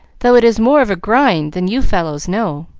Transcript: though it is more of a grind than you fellows know.